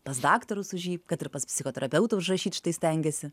pas daktarus už jį kad ir pas psichoterapeutą užrašyt štai stengiasi